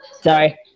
sorry